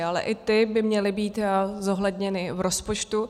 Ale i ty by měly být zohledněny v rozpočtu.